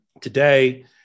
Today